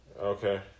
Okay